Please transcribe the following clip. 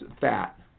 fat